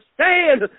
stand